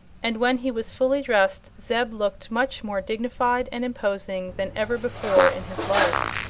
and when he was fully dressed zeb looked much more dignified and imposing than ever before in his life.